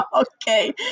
Okay